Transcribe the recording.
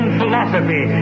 philosophy